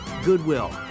Goodwill